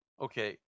Okay